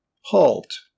halt